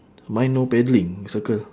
mine no paddling circle